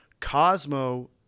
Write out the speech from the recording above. Cosmo